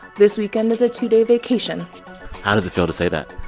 this weekend is a two-day vacation how does it feel to say that?